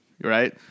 Right